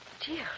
dear